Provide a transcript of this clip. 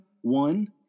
one